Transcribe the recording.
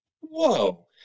whoa